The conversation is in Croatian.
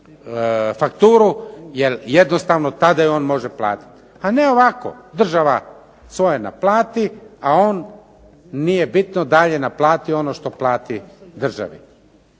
fakturu jer jednostavno tada ju on može platiti. A ne ovako, država svoje naplati a on nije bitno da li je on naplatio ono što plati državi.